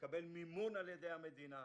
לקבל מימון על-ידי המדינה,